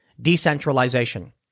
Decentralization